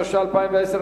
התש"ע 2010,